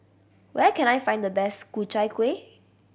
where can I find the best Ku Chai Kueh